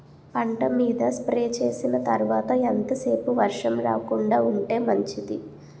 పంట మీద స్ప్రే చేసిన తర్వాత ఎంత సేపు వర్షం రాకుండ ఉంటే మంచిది?